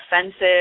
offensive